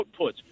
outputs